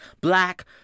black